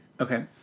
Okay